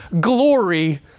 glory